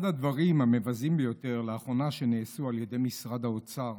אחד הדברים המבזים ביותר שנעשו לאחרונה על ידי משרד האוצר